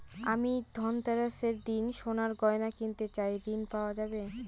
আমি ধনতেরাসের দিন সোনার গয়না কিনতে চাই ঝণ পাওয়া যাবে?